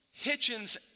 Hitchens